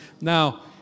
Now